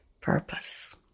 purpose